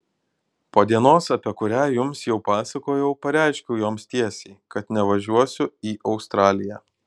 po dienos apie kurią jums jau pasakojau pareiškiau joms tiesiai kad nevažiuosiu į australiją